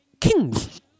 Kings